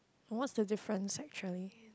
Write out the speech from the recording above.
what's the difference actually